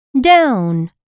down